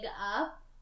up